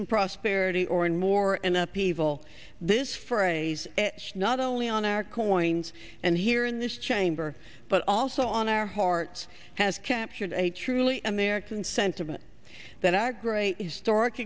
and prosperity or and more and up evil this phrase not only on our coins and here in this chamber but also on our hearts has captured a truly american sentiment that our great historic